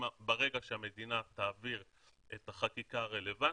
ברגע שהמדינה תעביר את החקיקה הרלוונטית,